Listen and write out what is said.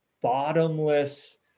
bottomless